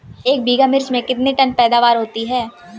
एक बीघा मिर्च में कितने टन पैदावार होती है?